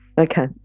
Okay